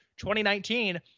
2019